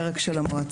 הפרק של המועצה,